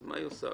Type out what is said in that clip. אז מה היא עושה?